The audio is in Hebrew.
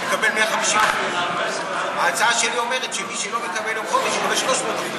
מקבל 150%. ההצעה שלי אומרת שמי שלא מקבל יום חופש יקבל 300%,